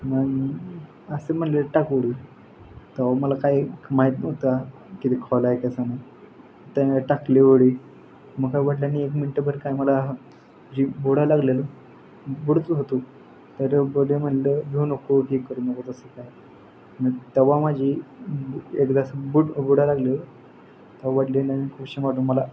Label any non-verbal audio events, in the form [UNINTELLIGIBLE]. मग असं म्हणाले टाक उडी तेव्हा मला काय माहीत नव्हता किती खोल आहे कसा त्या टाकली उडी मग काय वडिलांनी एक मिनटंभर काय मला जी बुडू लागलेलं बुडतच होतो तर ते वडील म्हणाले भिऊ नको हे करू नको तसं काय तेव्हा माझी एकदा बुड बुडा लागले तेव्हा वडिलांनी [UNINTELLIGIBLE] मला